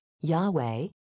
Yahweh